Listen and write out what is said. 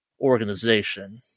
organization